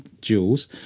jewels